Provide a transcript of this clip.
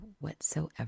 whatsoever